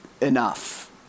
enough